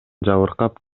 жабыркап